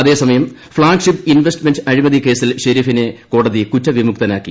അതേസമയം flagship investment അഴിമതി കേസിൽ ഷെരീഫിനെ കോടതി കുറ്റവിമുക്തനാക്കി